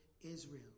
Israel